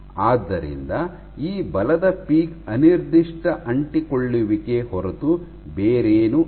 ಆದ್ದರಿಂದ ಈ ಬಲದ ಪೀಕ್ ಅನಿರ್ದಿಷ್ಟ ಅಂಟಿಕೊಳ್ಳುವಿಕೆ ಹೊರತು ಬೇರೇನೂ ಇಲ್ಲ